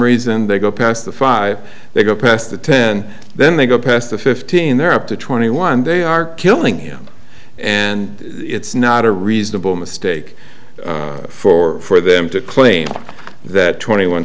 reason they go past the five they go past the ten then they go past the fifteen they're up to twenty one day are killing him and it's not a reasonable mistake for for them to claim that twenty one